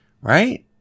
right